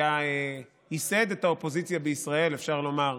שייסד את האופוזיציה בישראל, אפשר לומר,